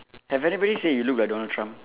have anybody say you look like Donald Trump